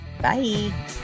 Bye